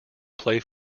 play